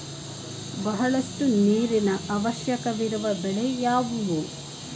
ಬಹಳಷ್ಟು ನೀರಿನ ಅವಶ್ಯಕವಿರುವ ಬೆಳೆ ಯಾವುವು?